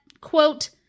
quote